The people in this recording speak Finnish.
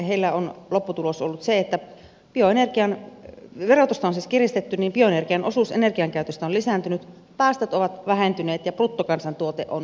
heillä on lopputulos ollut se että bioenergian osuus energiankäytöstä on lisääntynyt päästöt ovat vähentyneet ja bruttokansantuote on kasvanut